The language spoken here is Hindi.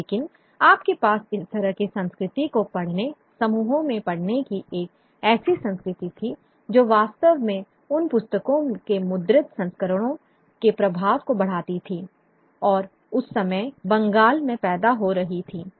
लेकिन आपके पास इस तरह के संस्कृति को पढ़ने समूहों में पढ़ने की एक ऐसी संस्कृति थी जो वास्तव में उन पुस्तकों के मुद्रित संस्करणों के प्रभाव को बढ़ाती थी जो उस समय बंगाल में पैदा हो रही थीं